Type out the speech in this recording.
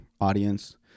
audience